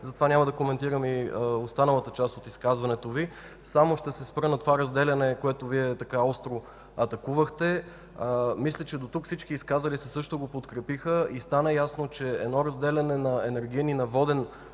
Затова няма да коментирам останалата част от изказването Ви. Само ще се спра на това разделение, което Вие така остро атакувахте. Мисля, че до тук всички изказали се го подкрепиха и стана ясно, че едно разделяне на енергиен и воден